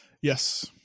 Yes